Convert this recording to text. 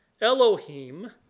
elohim